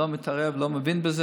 אני לא מתערב, ואני גם לא מבין בזה,